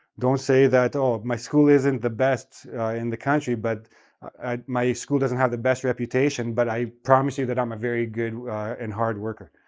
don't say that, oh, my school isn't the best in the country, but my school doesn't have the best reputation, but i promise you that i'm a very good and hard worker.